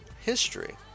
history